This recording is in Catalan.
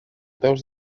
peus